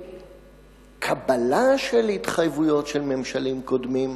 וקבלה של התחייבויות של ממשלים קודמים,